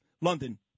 London